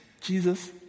Jesus